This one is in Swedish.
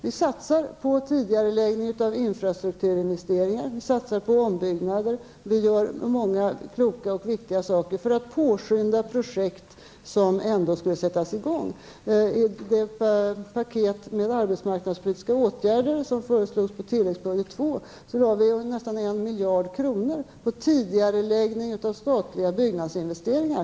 Vi satsar på en tidigareläggning av investeringar i infrastrukturen, vi satsar på ombyggnader och gör många kloka och viktiga saker för att påskynda projekt som ändå skall sättas i gång. I det paket med arbetsmarknadspolitiska åtgärder som föreslås på tilläggsbudget II, skall närmare 1 miljard kronor avsättas till tidigareläggning av statliga byggnadsinvesteringar.